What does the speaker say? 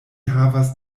havas